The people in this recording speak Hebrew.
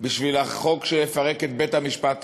בשביל החוק שיפרק את בית-המשפט העליון,